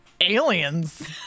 aliens